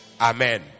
amen